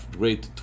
great